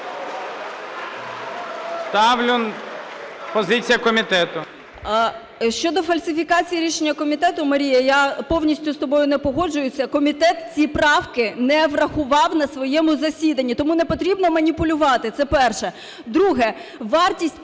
Ставлю… Позиція комітету.